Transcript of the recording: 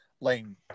lane